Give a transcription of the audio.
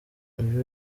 uyu